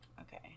Okay